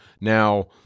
Now